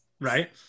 right